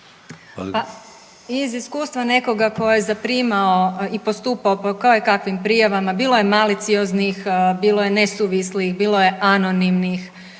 Pa iz iskustva nekoga ko je zaprimao i postupao po kojekakvim prijavama bilo je malicioznih, bilo je nesuvislih, bilo je anonimnih,